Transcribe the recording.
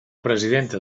presidenta